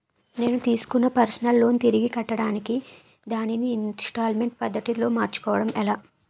నేను తిస్కున్న personal loan తిరిగి కట్టడానికి దానిని ఇంస్తాల్మేంట్ పద్ధతి లో మార్చుకోవడం ఎలా?